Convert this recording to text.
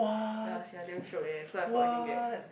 ya sia damn shiok eh so I hope I can get